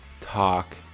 talk